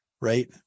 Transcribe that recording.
right